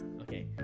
Okay